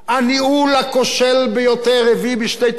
הניהול הכושל ביותר הביא בשני תחומים,